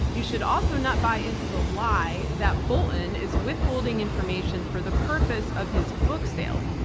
you should also not buy into the lie that bolton is withholding information for the purpose of his book sales.